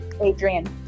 Adrian